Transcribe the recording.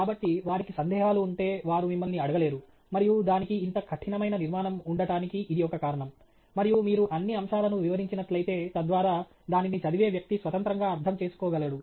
కాబట్టి వారికి సందేహాలు ఉంటే వారు మిమ్మల్ని అడగలేరు మరియు దానికి ఇంత కఠినమైన నిర్మాణం ఉండటానికి ఇది ఒక కారణం మరియు మీరు అన్ని అంశాలను వివరించినట్లైతే తద్వారా దానిని చదివే వ్యక్తి స్వతంత్రంగా అర్థం చేసుకోగలడు